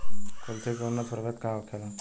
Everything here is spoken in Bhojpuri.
कुलथी के उन्नत प्रभेद का होखेला?